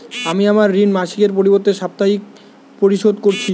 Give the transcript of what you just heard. আমি আমার ঋণ মাসিকের পরিবর্তে সাপ্তাহিক পরিশোধ করছি